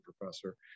professor